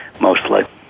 mostly